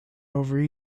over